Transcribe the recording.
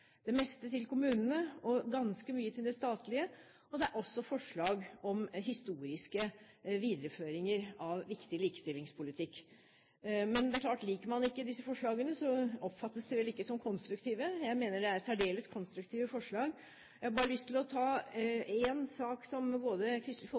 det meste til kommunene, og ganske mye til det statlige barnevernet. Det er også forslag om historiske videreføringer av viktig likestillingspolitikk. Men det er klart at liker man ikke disse forslagene, oppfattes de vel ikke som konstruktive. Jeg mener det er særdeles konstruktive forslag. Jeg har bare lyst til å nevne en sak, som både Kristelig